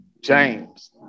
James